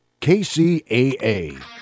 KCAA